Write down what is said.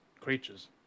creatures